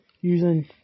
using